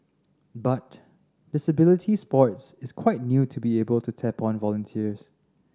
but disability sports is quite new to be able to tap on volunteers